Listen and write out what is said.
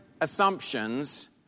assumptions